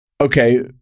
Okay